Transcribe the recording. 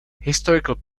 historical